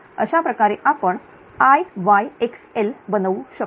अशाप्रकारे आपण Iyxl बनवू शकतो